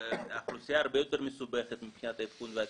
זו אוכלוסייה הרבה יותר מסובכת מבחינת האבחון והטיפול,